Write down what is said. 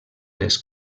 les